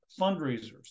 fundraisers